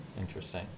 Interesting